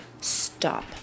stop